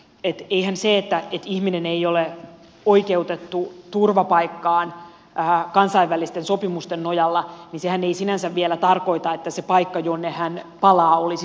eihän se että ihminen ei ole oikeutettu turvapaikkaan kansainvälisten sopimusten nojalla sinänsä vielä tarkoita että se paikka jonne hän palaa olisi turvallinen